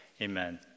Amen